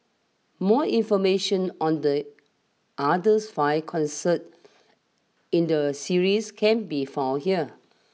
more information on the others five concerts in the series can be found here